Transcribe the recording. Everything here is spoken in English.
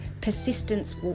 persistence